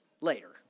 later